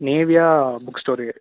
நேவியா book store